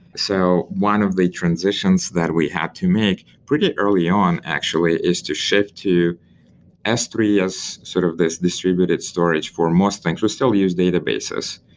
so, one of the transitions that we had to make pretty early on actually is to shift to s three as sort of this distributed storage for most things. we still use databases,